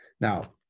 Now